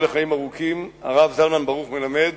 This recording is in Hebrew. הרב זלמן ברוך מלמד,